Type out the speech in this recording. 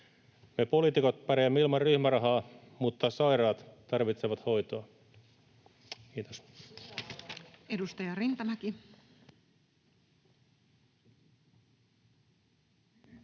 Me poliitikot pärjäämme ilman ryhmärahaa, mutta sairaat tarvitsevat hoitoa. — Kiitos.